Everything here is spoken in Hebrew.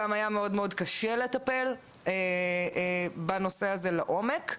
היה מאוד קשה לטפל בנושא הזה לעומק.